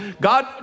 God